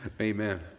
Amen